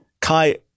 Kai